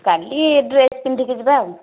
କାଲି ଡ୍ରେସ୍ ପିନ୍ଧିକି ଯିବା ଆଉ